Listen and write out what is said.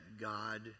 God